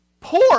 Poor